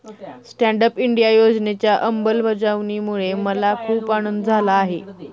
stand up India योजनेच्या अंमलबजावणीमुळे मला खूप आनंद झाला आहे